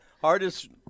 Hardest